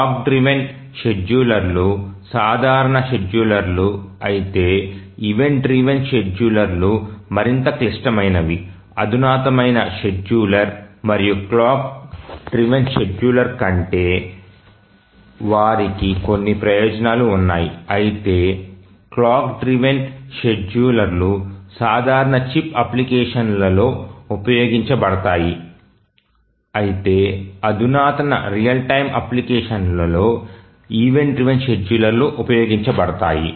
clock driven షెడ్యూలర్లు సాధారణ షెడ్యూలర్లు అయితే ఈవెంట్ డ్రివెన్ షెడ్యూలర్లు మరింత క్లిష్టమైనవి అధునాతనమైన షెడ్యూలర్లు మరియు క్లాక్ డ్రివెన్ షెడ్యూలర్ కంటే వారికి కొన్ని ప్రయోజనాలు ఉన్నాయి అయితే క్లాక్ డ్రివెన్ షెడ్యూలర్లు సాధారణ చిప్ అప్లికేషన్లలో ఉపయోగించబడతాయి అయితే అధునాతన రియల్ టైమ్ అప్లికేషన్లలో ఈవెంట్ డ్రివెన్ షెడ్యూలర్లు ఉపయోగించబడతాయి